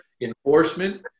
enforcement